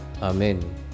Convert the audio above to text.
Amen